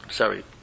sorry